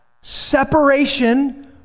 Separation